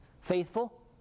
faithful